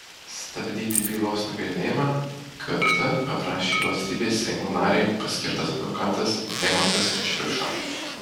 stabdyti bylos nagrinėjimą kt paprašė valstybės seimo narei paskirtas advokatas eimantas šriupša